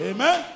Amen